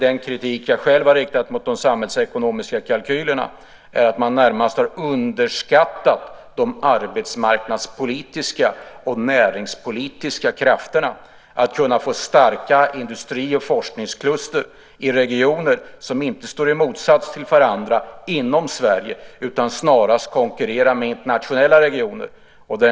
Den kritik jag själv har riktat mot de samhällsekonomiska kalkylerna är att man närmast har underskattat de arbetsmarknadspolitiska och näringspolitiska krafterna, det vill säga att kunna få starka industri och forskningskluster i regioner som inte står i motsats till varandra inom Sverige utan snarast konkurrerar med internationella regioner.